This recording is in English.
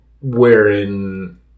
wherein